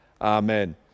amen